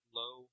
low